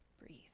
breathe